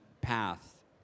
path